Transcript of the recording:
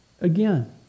again